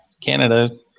Canada